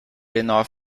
enough